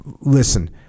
Listen